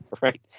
Right